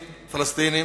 פלסטינים,